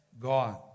God